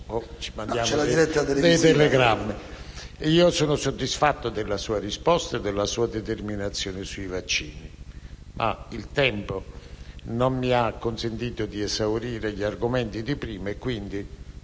Sono soddisfatto della sua risposta o della sua determinazione sui vaccini. Il tempo non mi ha consentito di esaurire gli argomenti relativi